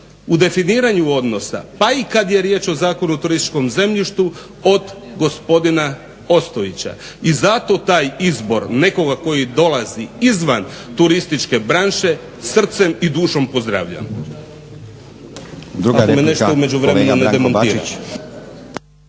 u definiranju odnosa, pa i kad je riječ o Zakonu o turističkom zemljištu od gospodina Ostojića. I zato taj izbor nekoga koji dolazi izvan turističke branše srcem i dušom pozdravljam, ako me nešto u međuvremenu ne demantira.